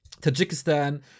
Tajikistan